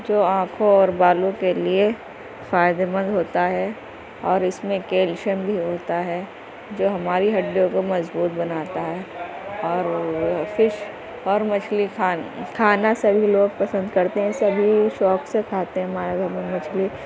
جو آنکھوں اور بالوں کے لیے فائدے مند ہوتا ہے اور اس میں کیلشیم بھی ہوتا ہے جو ہماری ہڈیوں کو مضبوط بناتا ہے اور وہ فش اور مچھلی کھان کھانا سبھی لوگ پسند کرتے ہیں سبھی شوق سے کھاتے ہیں ہمارے گھر میں مچھلی